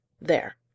There